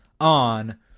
on